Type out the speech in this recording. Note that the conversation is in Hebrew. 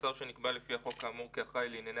שהשר שנקבע לפי החוק האמור כאחראי לענייני